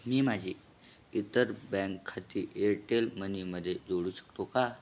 मी माझी इतर बँक खाती एअरटेल मनीमध्ये जोडू शकतो का